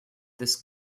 this